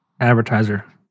advertiser